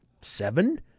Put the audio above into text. seven